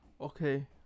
Okay